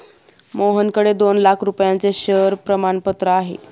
मोहनकडे दोन लाख रुपयांचे शेअर प्रमाणपत्र आहे